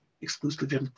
exclusively